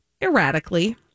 erratically